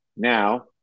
Now